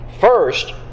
First